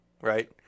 right